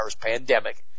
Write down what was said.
pandemic